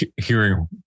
hearing